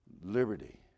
Liberty